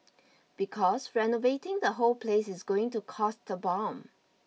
because renovating the whole place is going to cost a bomb